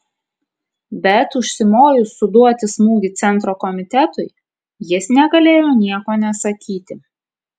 bet užsimojus suduoti smūgį centro komitetui jis negalėjo nieko nesakyti